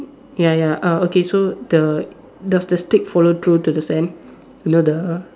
ya ya uh okay so the does the stick follow through to the sand you know the